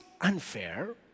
unfair